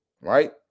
right